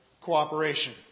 cooperation